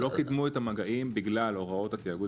אז או קידמו את המגעים בגלל הוראות התיאגוד